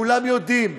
כולם יודעים.